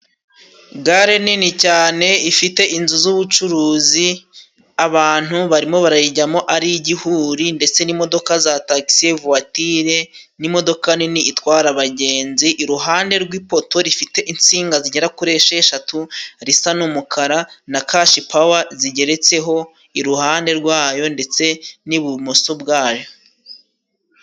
Gare nini cyane ifite inzu z'ubucuruzi abantu barimo barayijyamo ari igihuri ndetse n'imodoka za tagisi vuwatire n'imodoka nini itwara abagenzi iruhande rw'ipoto rifite insinga zigera kuri esheshatu risa n'umukara na kashi pawe zigeretseho iruhande rwayo ndetse n'ibumoso bwayo.